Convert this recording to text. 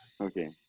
Okay